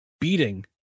beating